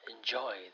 enjoy